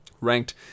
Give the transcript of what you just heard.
Ranked